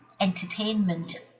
entertainment